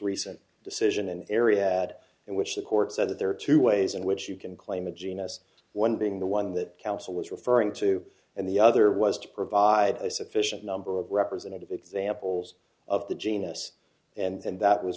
recent decision an area had in which the court said that there are two ways in which you can claim a genus one being the one that council was referring to and the other was to provide a sufficient number of representative examples of the genus and that was